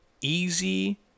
easy